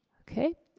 okay,